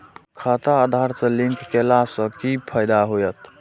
खाता आधार से लिंक केला से कि फायदा होयत?